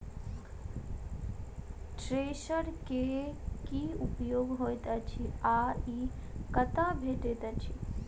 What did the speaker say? Thresher केँ की उपयोग होइत अछि आ ई कतह भेटइत अछि?